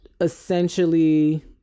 essentially